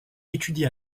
étudia